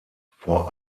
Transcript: vor